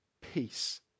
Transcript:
peace